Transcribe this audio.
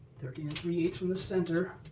thirteen three eight from the center.